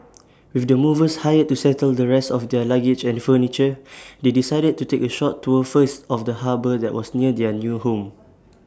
with the movers hired to settle the rest of their luggage and furniture they decided to take A short tour first of the harbour that was near their new home